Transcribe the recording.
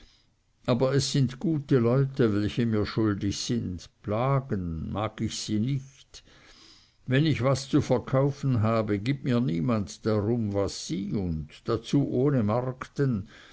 aber es sind gute leute welche mir schuldig sind plagen mag ich sie nicht wenn ich was zu verkaufen habe gibt mir niemand darum was sie und dazu ohne markten